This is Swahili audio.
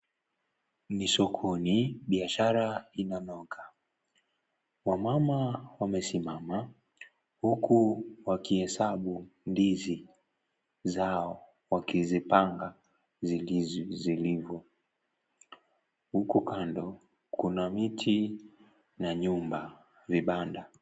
Ni sokoni, biashara inanoga. Wamama wamesimama huku, wakihesabu ndizi zao wakizipanga zilivyo. Huku kando, kuna miti na nyumba, vibanda.